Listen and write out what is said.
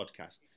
podcast